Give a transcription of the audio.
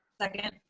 second.